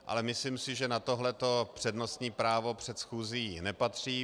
Ale myslím si, že na tohle přednostní právo před schůzí nepatří.